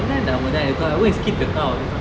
ஏன்டா மொத:yenda motha skip the car